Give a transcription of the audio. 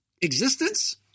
existence